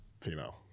female